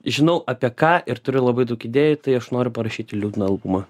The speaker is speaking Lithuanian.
žinau apie ką ir turiu labai daug idėjų tai aš noriu parašyti liūdną albumą